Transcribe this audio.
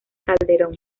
calderón